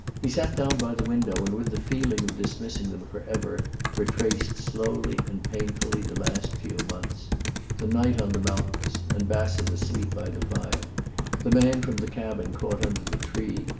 he sat down by the window and with the feeling of dismissing them forever retraced slowly and painfully the last few months the night on the mountains, and bassett asleep by the fire the man from the cabin caught under the tree,